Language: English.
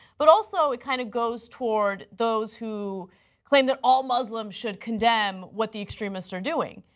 but also ah kind of goes towards those who claim that all muslims should condemn what the extremists are doing.